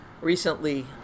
recently